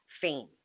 fame